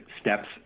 steps